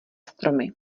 stromy